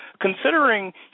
considering